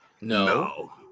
No